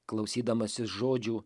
klausydamasis žodžių